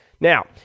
Now